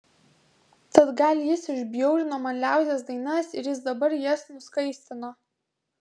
tad gal jis išbjaurino man liaudies dainas ir jis dabar jas nuskaistino